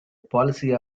policy